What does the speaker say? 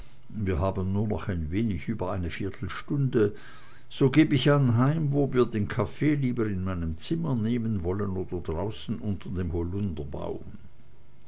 wir haben nur noch wenig über eine viertelstunde so geb ich anheim ob wir den kaffee lieber in meinem zimmer nehmen wollen oder draußen unter dem